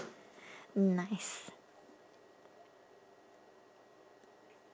nice